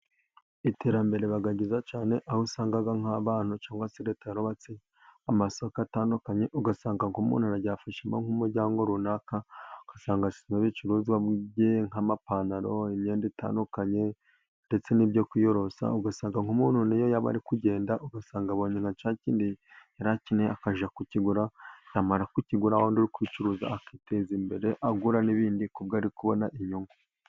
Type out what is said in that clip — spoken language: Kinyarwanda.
Iterambere riba ryiza cyane, aho usanga nk'abantu cyangwa se Leta yarubatse amasoko atandukanye, ugasanga nk'umuntu aragiye afashamo nk'umuryango runaka, ugasanga ashyizemo ibicuruzwa bye nk'amapantaro, imyenda itandukanye ndetse n'ibyo kwiyorosa, ugasanga nk'umuntu n'iyo yaba ari kugenda, ugasanga abonye na cya kindi yari akeneye akajya kukigura, yamara kukigura, undi uri kubicuruza akiteza imbere agura n'ibindi ku bwo ari kubona inyungu.